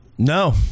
no